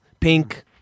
pink